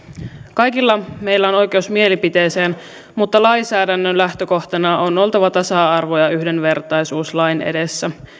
kaikilla meillä on oikeus mielipiteeseen mutta lainsäädännön lähtökohtana on oltava tasa arvo ja yhdenvertaisuus lain edessä